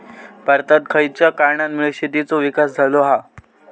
भारतात खयच्या कारणांमुळे शेतीचो विकास झालो हा?